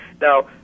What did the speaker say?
Now